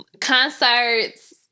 concerts